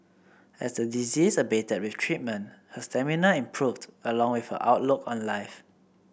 as the disease abated with treatment her stamina improved along with her outlook on life